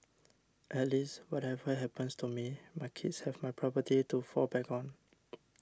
at least whatever happens to me my kids have my property to fall back on